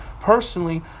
personally